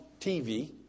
TV